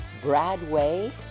Bradway